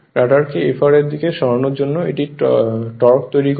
রটারকে Fr এর দিকে সরানোর জন্য এটি টর্ক তৈরি করে